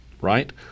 right